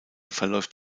verläuft